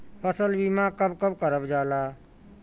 फसल बीमा का कब कब करव जाला?